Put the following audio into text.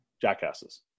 jackasses